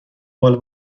مال